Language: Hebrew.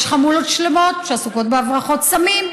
יש חמולות שלמות שעסוקות בהברחות סמים,